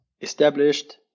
established